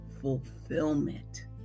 fulfillment